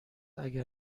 اگر